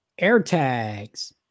AirTags